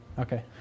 Okay